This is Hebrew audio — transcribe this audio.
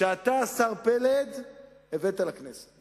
שאתה, השר פלד, הבאת לכנסת